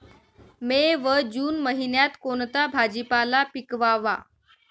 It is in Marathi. मे व जून महिन्यात कोणता भाजीपाला पिकवावा?